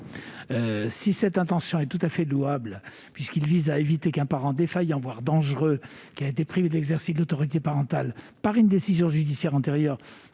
si l'intention est louable, puisque l'amendement vise à éviter qu'un parent défaillant, voire dangereux, qui a été privé de l'exercice de l'autorité parentale par une décision judiciaire antérieure,